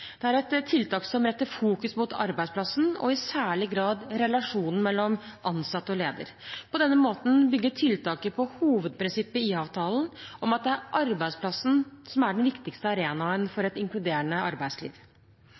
Det er et tiltak som retter fokus mot arbeidsplassen, og i særlig grad relasjonen mellom ansatt og leder. På denne måten bygger tiltaket på hovedprinsippet i IA-avtalen om at det er arbeidsplassen som er den viktigste arenaen for et inkluderende arbeidsliv.